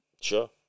Sure